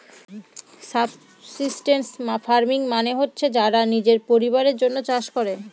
subsistence farming মানে হচ্ছে যারা নিজের পরিবারের জন্য চাষ করে